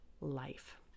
life